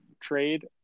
trade